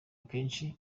akenshi